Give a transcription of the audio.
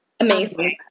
amazing